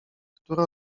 które